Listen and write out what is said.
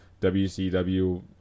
WCW